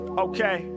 okay